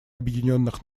объединенных